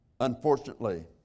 Unfortunately